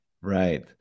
right